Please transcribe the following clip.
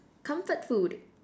comfort food